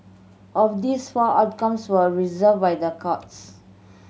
of these four outcomes were reversed by the courts